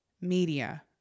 Media